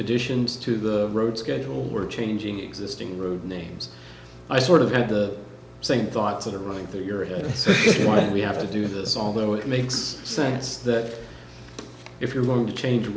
additions to the road schedule we're changing existing road names i sort of have the same thoughts that are running through your head so why do we have to do this although it makes sense that if you're going to change